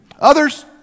Others